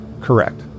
Correct